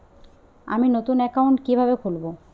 আমি নতুন অ্যাকাউন্ট কিভাবে খুলব?